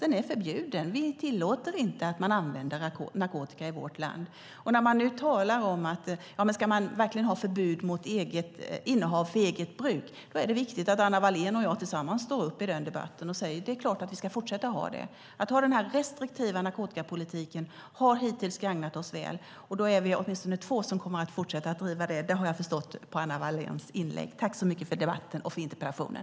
Den är förbjuden, och vi tillåter inte att man använder narkotika i vårt land. När förbudet mot innehav för eget bruk nu ifrågasätts är det viktigt att Anna Wallén och jag tillsammans står upp i debatten och säger: Det är klart att vi ska fortsätta ha det. Vår restriktiva narkotikapolitik har hittills gagnat oss väl, och att vi är åtminstone två som kommer att fortsätta driva den har jag förstått av Anna Walléns inlägg. Tack för interpellationen och debatten!